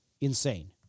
insane